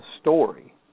story